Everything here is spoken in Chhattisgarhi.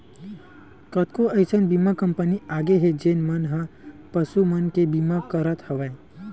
कतको अइसन बीमा कंपनी आगे हे जेन मन ह पसु मन के बीमा करत हवय